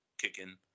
kicking